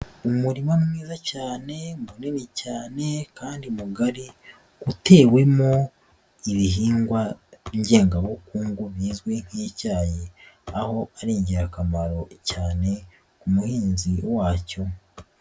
Umurima mwiza cyane munini cyane kandi mugari utewemo ibihingwa ngengabukungu bizwi nk'icyayi aho ari ingirakamaro cyane k'umuhinzi wacyo.